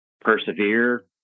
persevere